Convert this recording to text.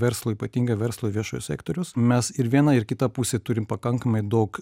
verslo ypatingai verslo ir viešojo sektoriaus mes ir viena ir kita pusė turim pakankamai daug